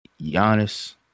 Giannis